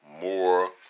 more